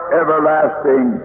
everlasting